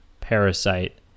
Parasite